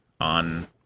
on